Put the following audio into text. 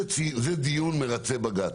זה דיון מרצה בג"ץ.